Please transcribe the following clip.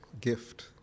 gift